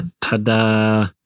ta-da